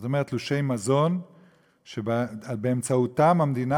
זאת אומרת תלושי מזון שבאמצעותם המדינה